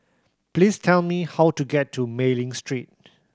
please tell me how to get to Mei Ling Street